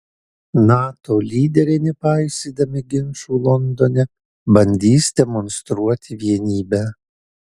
nato lyderiai nepaisydami ginčų londone bandys demonstruoti vienybę